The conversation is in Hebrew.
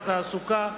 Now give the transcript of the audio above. המסחר והתעסוקה,